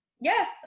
Yes